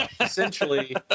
essentially